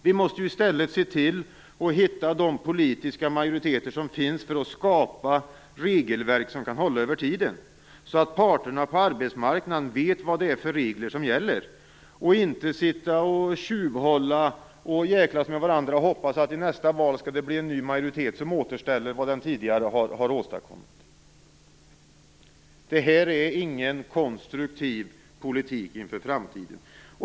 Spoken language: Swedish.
Vi måste i stället se till att hitta de politiska majoriteter som finns för att skapa regelverk som kan hålla över tiden, så att parterna på arbetsmarknaden vet vad som gäller. Vi får inte sitta och tjuvhålla och jäklas med varandra och hoppas att det efter nästa val skall bli en ny majoritet som återställer vad den tidigare har åstadkommit. Det är ingen konstruktiv politik inför framtiden.